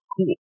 cool